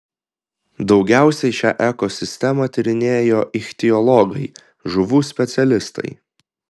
daugiausiai šią ekosistemą tyrinėjo ichtiologai žuvų specialistai